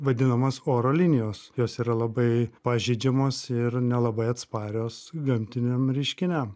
vadinamos oro linijos jos yra labai pažeidžiamos ir nelabai atsparios gamtiniam reiškiniam